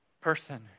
person